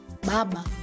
Baba